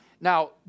Now